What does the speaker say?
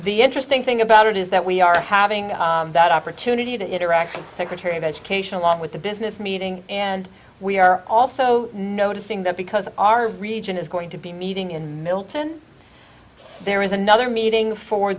the interesting thing about it is that we are having that opportunity to interact and secretary of education along with the business meeting and we are also noticing that because our region is going to be meeting in milton there is another meeting for